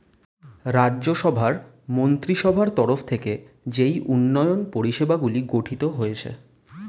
রাজ্য সভার মন্ত্রীসভার তরফ থেকে যেই উন্নয়ন পরিষেবাগুলি গঠিত হয়েছে